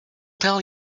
tell